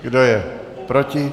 Kdo je proti?